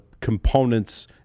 components